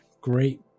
Great